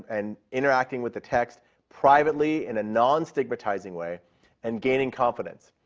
and interacting with the text privately in a non-stigmatizing way and gaining confidence.